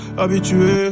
habitué